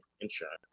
insurance